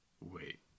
Wait